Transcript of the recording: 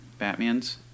Batmans